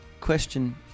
question